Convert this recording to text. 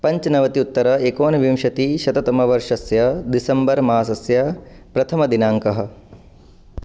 पञ्चनवति उत्तर एकोनविंशतिशततमवर्षस्य दिसम्बर् मासस्य प्रथमदिनाङ्कः